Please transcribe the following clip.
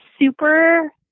super